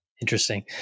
Interesting